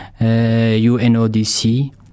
UNODC